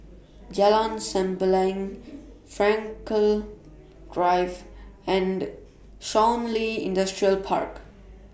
Jalan Sembilang Frankel Drive and Shun Li Industrial Park